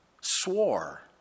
swore